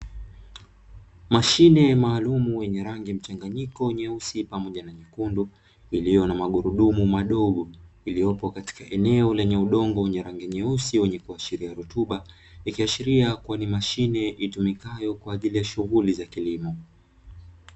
Mashine maalumu yenye rangi mchanganyiko nyeusi pamoja na nyekundu, iliyo na magurudumu madogo iliyopo katika eneo lenye udongo wenye rangi nyeusi wenye kuashiria rutuba; ikiashiria kuwa ni mashine itumikayo kwa ajili ya shughuli za kilimo.